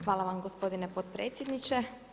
Hvala vam gospodine potpredsjedniče.